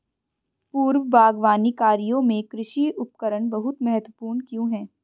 पूर्व बागवानी कार्यों में कृषि उपकरण बहुत महत्वपूर्ण क्यों है?